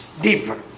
Deeper